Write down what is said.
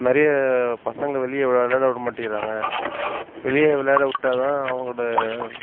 நிறைய பசங்கள் வெளியே விளையாட விட மாட்டேங்கிறாங்க வெளியே விளாட விட்டா தான் அவங்களோட